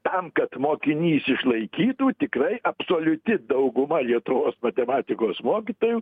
tam kad mokinys išlaikytų tikrai absoliuti dauguma lietuvos matematikos mokytojų